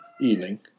evening